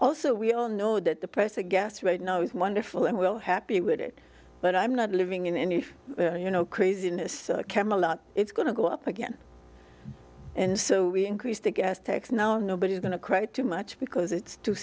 also we all know that the press aghast right now is wonderful and we'll happy with it but i'm not living in any if you know craziness camelot it's going to go up again and so we increase the gas tax now nobody's going to cry too much because it's two